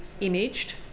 imaged